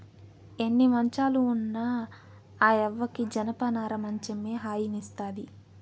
ఎన్ని మంచాలు ఉన్న ఆ యవ్వకి జనపనార మంచమే హాయినిస్తాది